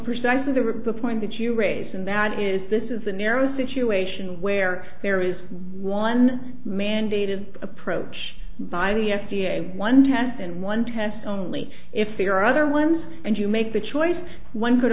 precisely to rip the point that you raise and that is this is a narrow situation where there is one mandated approach by the f d a one test and one test only if there are other ones and you make the choice one could